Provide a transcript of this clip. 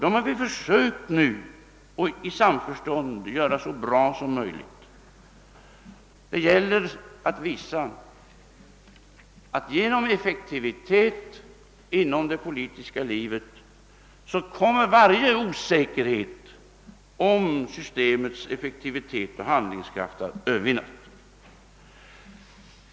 Dem har vi nu i samförstånd försökt göra så bra som möjligt. Det gäller att genom effektivitet i det politiska livet övervinna varje osäkerhet om systemets effektivitet och de möjligheter det ger att föra en handlingskraftig politik.